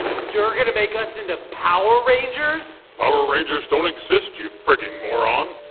you're gonna make us into power rangers! power rangers don't exist, you frigging moron.